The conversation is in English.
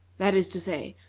that is to say,